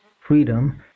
freedom